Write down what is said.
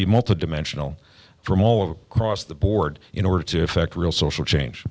be multidimensional from all of cross the board in order to effect real social change